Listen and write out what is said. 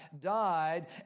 died